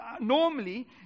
normally